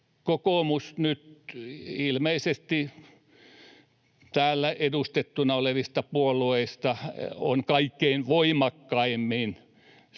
kokoomus nyt ilmeisesti täällä edustettuina olevista puolueista on kaikkein voimakkaimmin sitä